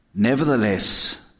Nevertheless